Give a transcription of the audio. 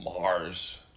Mars